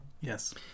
Yes